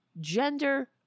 gender